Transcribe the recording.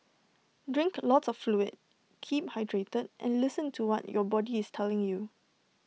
drink lots of fluid keep hydrated and listen to what your body is telling you